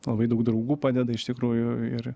labai daug draugų padeda iš tikrųjų ir